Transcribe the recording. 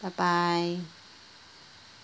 bye bye